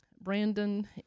Brandon